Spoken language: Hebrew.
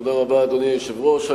תודה רבה, אדוני היושב-ראש.